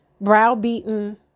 browbeaten